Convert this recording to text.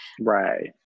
right